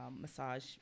massage